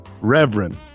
Reverend